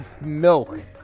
milk